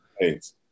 Thanks